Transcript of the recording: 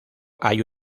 hay